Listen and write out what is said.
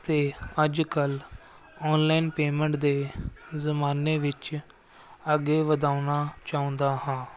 ਅਤੇ ਅੱਜ ਕੱਲ੍ਹ ਆਨਲਾਈਨ ਪੇਮੈਂਟ ਦੇ ਜਮਾਨੇ ਵਿੱਚ ਅੱਗੇ ਵਧਾਉਣਾ ਚਾਹੁੰਦਾ ਹਾਂ